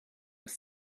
was